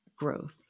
Growth